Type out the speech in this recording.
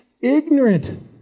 ignorant